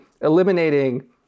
eliminating